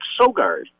Sogard